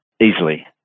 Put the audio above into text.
easily